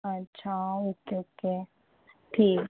अच्छा okay okay ठीक